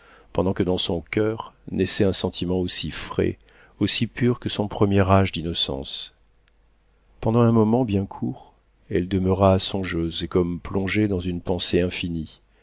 pendant que dans son coeur naissait un sentiment aussi frais aussi pur que son premier âge d'innocence pendant un moment bien court elle demeura songeuse et comme plongée dans une pensée infinie